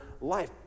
life